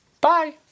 Bye